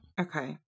Okay